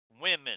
women